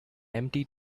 empty